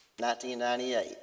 1998